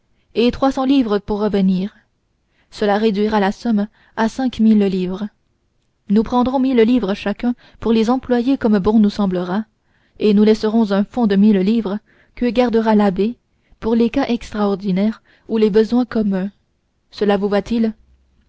et trois cents livres pour revenir cela réduira la somme à cinq mille livres nous prendrons mille livres chacun pour les employer comme bon nous semblera et nous laisserons un fond de mille livres que gardera l'abbé pour les cas extraordinaires ou les besoins communs cela vous va-t-il